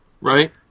Right